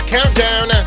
Countdown